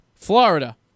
Florida